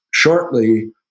Shortly